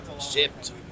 shipped